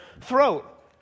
throat